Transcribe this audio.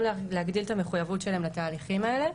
להגדיל את המחויבות שלהם לתהליכים האלה.